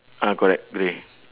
ah correct grey